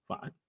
fine